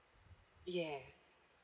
yeah